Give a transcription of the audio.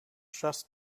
just